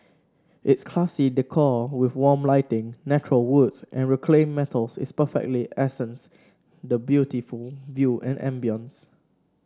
its classy decor with warm lighting natural woods and reclaimed metals is perfectly accents the beautiful view and ambience